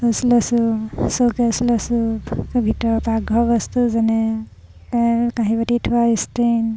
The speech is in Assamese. লৈছোঁ চৌকেচ লৈছোঁ ভিতৰত পাকঘৰ বস্তু যেনে কাঁহী বাতি থোৱা ইষ্ট্ৰিন